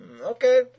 Okay